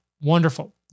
wonderful